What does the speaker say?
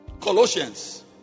Colossians